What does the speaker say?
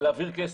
להעביר כסף,